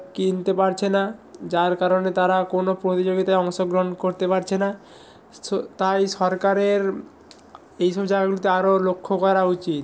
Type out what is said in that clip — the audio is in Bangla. কিনতে পারছে না যার কারণে তারা কোনও প্রতিযোগিতায় অংশগ্রহণ করতে পারছে না তাই সরকারের এইসব জায়গাগুলিতে আরও লক্ষ্য করা উচিত